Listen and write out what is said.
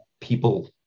people